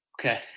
Okay